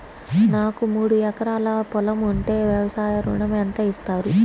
నాకు మూడు ఎకరాలు పొలం ఉంటే వ్యవసాయ ఋణం ఎంత ఇస్తారు?